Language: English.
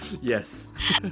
Yes